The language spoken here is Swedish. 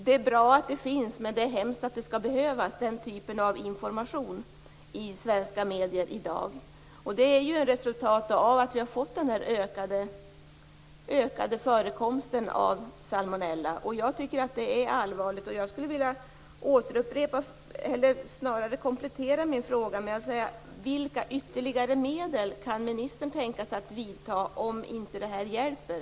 Det är bra att det görs, men det är hemskt att den typen av information skall behövas i svenska medier i dag. Detta är ett resultat av den ökade förekomsten av salmonella. Jag tycker att det är allvarligt. Jag skulle vilja komplettera min interpellation med följande fråga: Vilka ytterligare medel kan ministern tänka sig att vidta, om det här inte hjälper?